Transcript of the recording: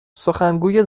سخنگوی